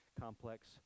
complex